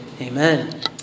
Amen